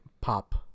pop